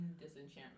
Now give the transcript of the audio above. disenchantment